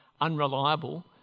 unreliable